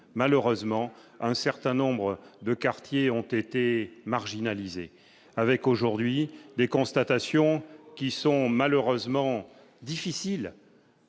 malheureusement un certain nombre de quartiers ont été marginalisés avec aujourd'hui des constatations qui sont malheureusement difficiles.